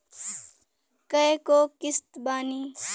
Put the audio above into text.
कय गो किस्त बानी?